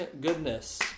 goodness